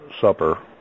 supper